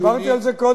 אבל דיברתי על זה קודם.